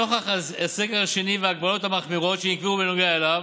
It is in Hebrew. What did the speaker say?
נוכח הסגר השני וההגבלות המחמירות שנקבעו בנוגע אליו,